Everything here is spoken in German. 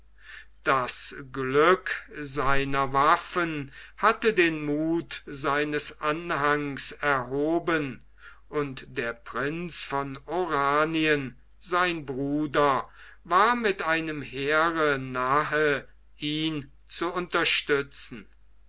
das glück seiner waffen hatte den muth seines anhangs erhoben und der prinz von oranien sein bruder war mit einem heere nahe ihn zu unterstützen